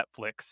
Netflix